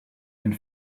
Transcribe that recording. and